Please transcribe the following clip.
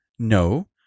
No